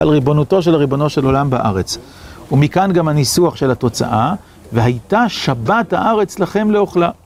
על ריבונותו של ריבונו של עולם בארץ. ומכאן גם הניסוח של התוצאה, והייתה שבת הארץ לכם לאוכלה.